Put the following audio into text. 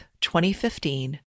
2015